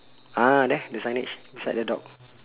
ah there the signage beside the dog